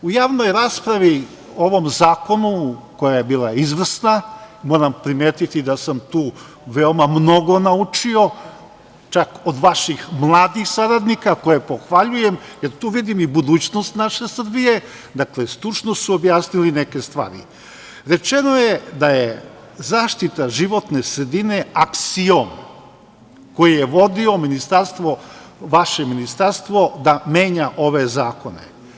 U javnoj raspravi o ovom zakonu koja je bila izvrsna, moram primetiti da sam tu veoma mnogo naučio, čak od vaših mladih saradnika koje pohvaljujem, jer tu vidim i budućnost naše Srbije, stručno su objasnili neke stvari, rečeno je da je zaštita životne sredine aksiom koji je vodilo vaše ministarstvo da menja ove zakone.